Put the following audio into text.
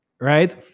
Right